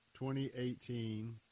2018